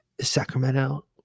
Sacramento